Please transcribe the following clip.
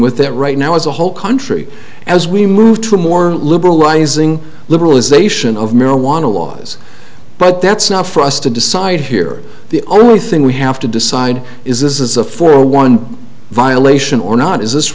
with that right now as a whole country as we move to a more liberalizing liberalization of marijuana laws but that's not for us to decide here the only thing we have to decide is this is a for one violation or not is this